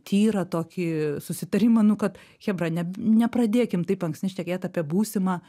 tyrą tokį susitarimą nu kad chebra ne nepradėkim taip anksti šnekėt apie būsimą